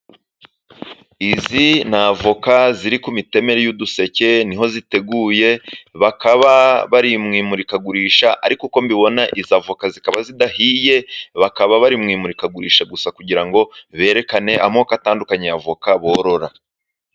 Izi ni avoka ziri ku mitemeri y'uduseke, ni ho ziteguye bakaba bari mu imurikagurisha, ariko uko mbibona izi avoka zikaba zidahiye bakaba bari mu imurikagurisha gusa, kugira ngo berekane amoko atandukanye y'avoka borora.